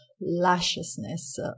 lusciousness